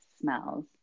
smells